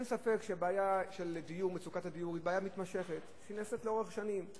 אין ספק שמצוקת הדיור היא בעיה מתמשכת לאורך שנים.